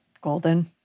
golden